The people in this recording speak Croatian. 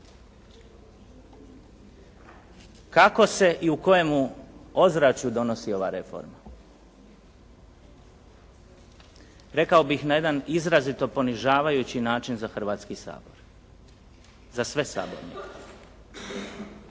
Kako se i u kojemu ozračju donosi ova reforma? Rekao bih na jedan izrazito ponižavajući način za Hrvatski sabor, za sve sabornike.